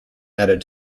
added